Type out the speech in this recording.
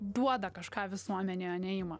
duoda kažką visuomenei neima